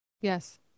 yes